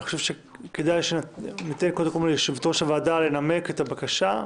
אני חושב שכדאי שניתן קודם כול ליושבת-ראש הוועדה לנמק את הבקשה.